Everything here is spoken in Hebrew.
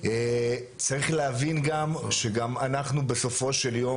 צריך להבין גם שגם אנחנו בסופו של יום